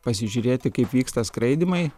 pasižiūrėti kaip vyksta skraidymai